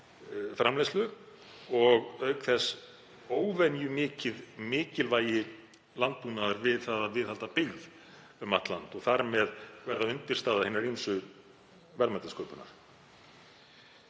framleiðslu og auk þess óvenjumikið mikilvægi landbúnaðar við það að viðhalda byggð um allt land og verða þar með undirstaða hinnar ýmsu verðmætasköpunar.